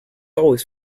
always